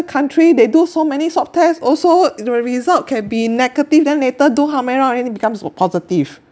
country they do so many swab tests also the result can be negative then later do how many around already becomes po~ positive